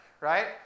right